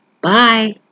Bye